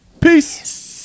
Peace